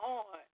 on